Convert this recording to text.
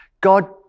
God